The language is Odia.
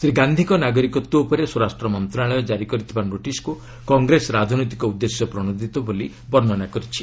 ଶ୍ରୀ ଗାନ୍ଧିଙ୍କ ନାଗରିକତ୍ୱ ଉପରେ ସ୍ୱରାଷ୍ଟ୍ର ମନ୍ତ୍ରଣାଳୟ କାରି କରିଥିବା ନୋଟିସ୍କୁ କଂଗ୍ରେସ ରାଜନୈତିକ ଉଦ୍ଦେଶ୍ୟ ପ୍ରଣୋଦିତ ବୋଲି ବର୍ଷ୍ଣନା କରିଛି